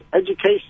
education